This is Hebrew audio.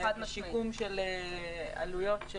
ושיקום עם עלויות.